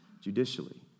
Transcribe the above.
judicially